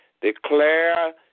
Declare